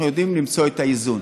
אנחנו יודעים למצוא את האיזון.